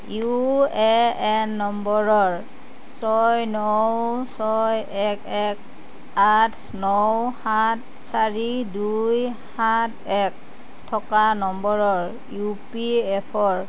U A N নম্বৰৰ ছয় ন ছয় এক এক আঠ ন সাত চাৰি দুই সাত এক থকা নম্বৰৰ ইউ পি এফ অ'